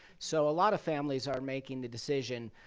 so a lot of families are making the decision,